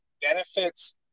benefits